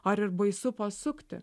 ar ir baisu pasukti